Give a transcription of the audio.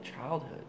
childhood